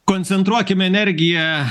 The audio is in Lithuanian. koncentruokim energiją